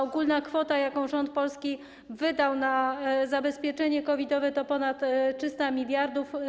Ogólna kwota, którą rząd Polski wydał na zabezpieczenie COVID-owe, to ponad 300 mld.